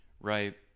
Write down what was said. Right